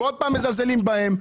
ועוד פעם מזלזלים בהן.